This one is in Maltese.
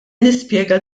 nispjega